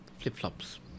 Flip-flops